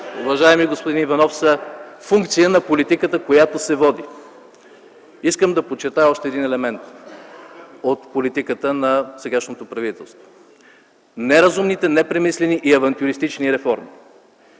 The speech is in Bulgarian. уважаеми господин Иванов, са функция на политиката, която се води. Искам да подчертая още един елемент от политиката на сегашното правителство. Неразумните, непремислените и авантюристични реформи